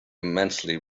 immensely